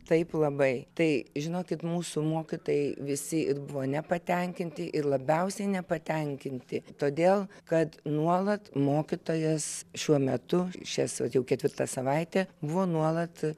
taip labai tai žinokit mūsų mokytojai visi buvo nepatenkinti ir labiausiai nepatenkinti todėl kad nuolat mokytojas šiuo metu šias vat jau ketvirtą savaitę buvo nuolat